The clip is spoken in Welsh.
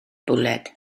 bwled